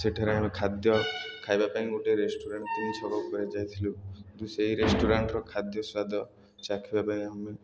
ସେଠାରେ ଆମେ ଖାଦ୍ୟ ଖାଇବା ପାଇଁ ଗୋଟେ ରେଷ୍ଟୁରାଣ୍ଟ୍ ତିନି ଛକ ପରେ ଯାଇଥିଲୁ କିନ୍ତୁ ସେଇ ରେଷ୍ଟୁରାଣ୍ଟ୍ର ଖାଦ୍ୟ ସ୍ଵାଦ ଚାଖିବା ପାଇଁ ଆମେ